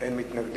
מי נמנע?